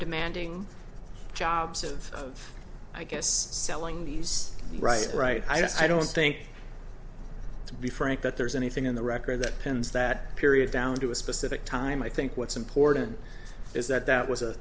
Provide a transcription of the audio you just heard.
demanding jobs of i guess selling these right right i don't think to be frank that there's anything in the record that pins that period down to a specific time i think what's important is that that was a